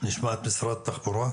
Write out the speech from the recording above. שנשמע את משרד התקשורת.